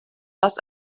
les